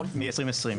מ-2020.